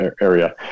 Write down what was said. area